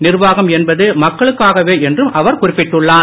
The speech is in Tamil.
நிர்வாகம் என்பது மக்களுக்காகவே என்றும் அவர் குறிப்பிட்டுள்ளார்